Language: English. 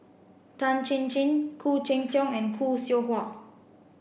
Tan Chin Chin Khoo Cheng Tiong and Khoo Seow Hwa